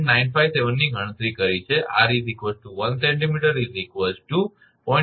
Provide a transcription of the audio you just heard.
957 ની ગણતરી કરી છે 𝑟 1 𝑐𝑚 0